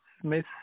Smith